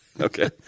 Okay